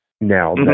now